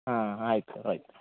ಹಾಂ ಆಯ್ತು ಸರ್ ಆಯ್ತು